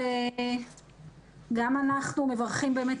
בימים אלה